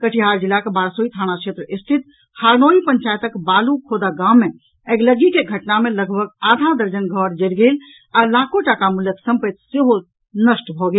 कटिहार जिलाक बारसोई थाना क्षेत्र स्थित हारनोई पंचायतक बालू खोदा गाम मे अगिलग्गी के घटना मे लगभग आधा दर्जन घर जरि गेल आ लाखो टाका मूल्यक संपत्ति सेहो नष्ट भऽ गेल